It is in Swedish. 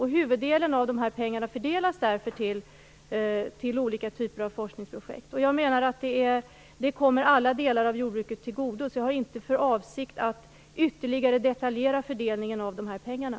Huvuddelen av de här pengarna fördelas därför till olika typer av forskningsprojekt. Jag menar att det kommer alla delar av jordbruket till godo, så jag har inte för avsikt att ytterligare detaljera fördelningen av de här pengarna.